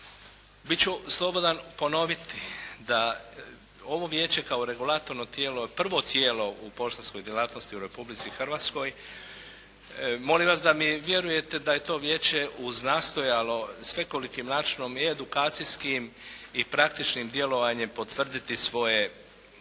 Bit ću slobodan ponoviti da ovo vijeće kao regulatorno tijelo je prvo tijelo u poštanskoj djelatnosti u Republici Hrvatskoj. Molim vas da mi vjerujete da je to vijeće uznastojalo svekolikim načinom i edukacijskim i praktičnim djelovanjem potvrditi svoj